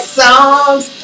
songs